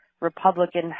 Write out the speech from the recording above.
Republican